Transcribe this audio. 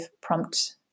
prompt